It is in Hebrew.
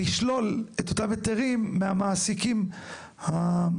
לשלול את אותם היתרים מהמעסיקים הווירטואליים?